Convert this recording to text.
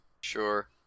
Sure